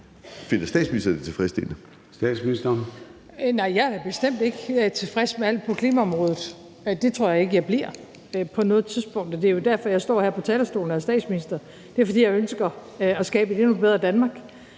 01:50 Statsministeren (Mette Frederiksen): Nej, jeg er bestemt ikke tilfreds med alt på klimaområdet. Det tror jeg ikke jeg bliver på noget tidspunkt. Det er jo derfor, jeg står her på talerstolen og er statsminister – det er, fordi jeg ønsker at skabe et endnu bedre Danmark